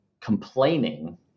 complaining